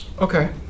Okay